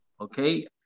Okay